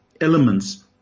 elements